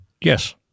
Yes